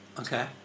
Okay